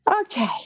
Okay